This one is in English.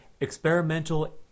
Experimental